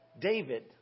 David